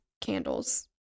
candles